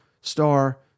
star